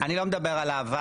אני לא מדבר על העבר,